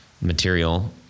material